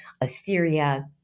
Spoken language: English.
Assyria